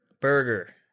Burger